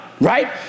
Right